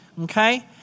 okay